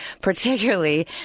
particularly